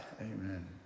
Amen